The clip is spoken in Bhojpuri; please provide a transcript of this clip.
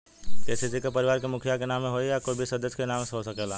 के.सी.सी का परिवार के मुखिया के नावे होई या कोई भी सदस्य के नाव से हो सकेला?